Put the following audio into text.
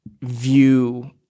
view